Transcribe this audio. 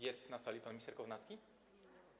Jest na sali pan minister Kownacki?